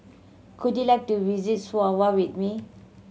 could you like to visit Suva with me